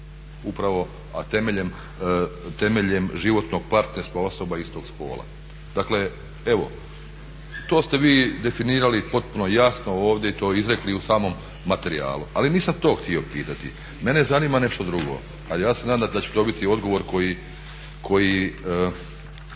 upravo a temeljem životnog partnerstva osoba istog spola. Dakle evo, to ste vi definirali potpuno jasno ovdje i to izrekli u samom materijalu. Ali nisam to htio pitati, mene zanima nešto drugo a ja se nadam da ću dobiti odgovor koji